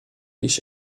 ich